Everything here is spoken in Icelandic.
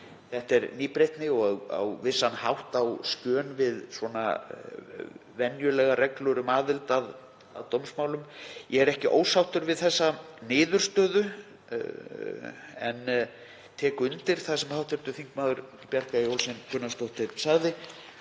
Þetta er nýbreytni og á vissan hátt á skjön við venjulegar reglur um aðild að dómsmálum. Ég er ekki ósáttur við þessa niðurstöðu en tek undir það sem hv. þm. Bjarkey Olsen Gunnarsdóttir sagði,